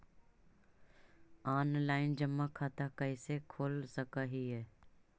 Online जमा खाता कैसे खोल सक हिय?